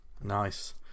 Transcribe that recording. Nice